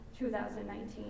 2019